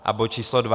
A bod číslo dva.